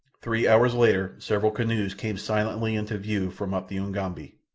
three hours later several canoes came silently into view from up the ugambi.